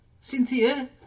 Cynthia